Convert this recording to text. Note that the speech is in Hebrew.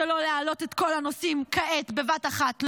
שלא להעלות את כל הנושאים כעת בבת אחת,